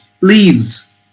Leaves